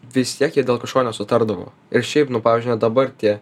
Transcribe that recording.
vis tiek jie dėl kažko nesutardavo ir šiaip nu pavyzdžiui dabar tie